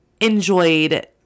enjoyed